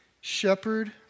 Shepherd